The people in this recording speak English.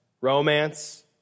romance